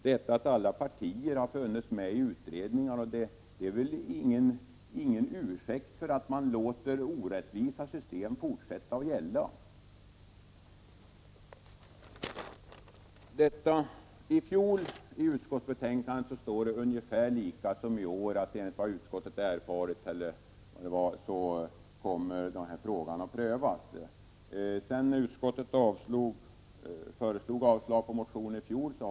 Det faktum att alla partier har funnits med i utredningarna är ingen ursäkt för att man låter orättvisa system fortsätta att gälla. I fjolårets utskottsbetänkande i detta ärende står det ungefär samma som i det nu aktuella betänkandet. Även då sades det att utskottet hade erfarit att frågan skulle prövas. Efter det att utskottet i fjol föreslog avslag på motionen har inget skett.